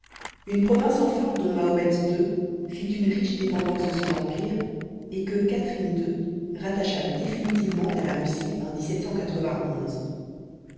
une province enfin dont mahomet ii fit une riche dépendance de son empire et que catherine ii rattacha définitivement à la russie en